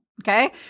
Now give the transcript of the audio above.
Okay